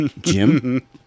Jim